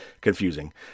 confusing